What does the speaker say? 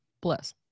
Bless